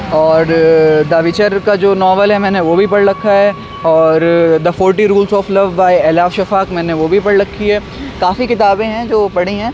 اور the Witcher کا جو ناول ہے میں نے وہ بھی پڑھ رکھا ہے اور دا فورٹی رولس آف میں نے وہ بھی پڑھ رکھی ہے کافی کتابیں ہیں جو پڑھی ہیں